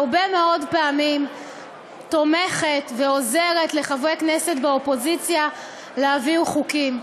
הרבה פעמים תומכת ועוזרת לחברי כנסת באופוזיציה להעביר חוקים,